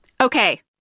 Okay